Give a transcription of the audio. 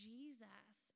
Jesus